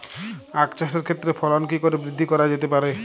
আক চাষের ক্ষেত্রে ফলন কি করে বৃদ্ধি করা যেতে পারে?